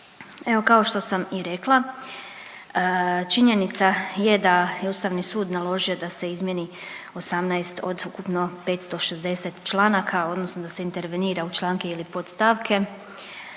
Evo, kao što sam i rekla, činjenica je da je Ustavni sud naložio da se izmjeni 18 od ukupno 560 članaka, odnosno da se intervenira u članke ili podstavke